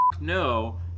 no